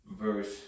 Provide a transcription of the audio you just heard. Verse